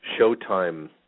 Showtime